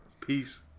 Peace